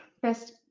first